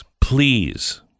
please